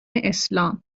اسلام